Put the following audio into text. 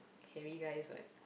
hairy guys what